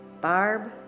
Barb